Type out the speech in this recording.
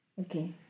Okay